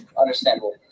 Understandable